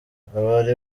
abari